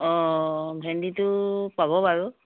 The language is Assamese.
অ ভেন্দীটো পাব বাৰু